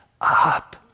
up